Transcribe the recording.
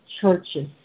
churches